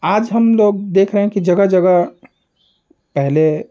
आज हम लोग देख रहे हैं कि जगह जगह पहले